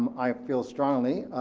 um i feel strongly,